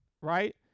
right